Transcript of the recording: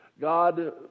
God